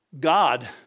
God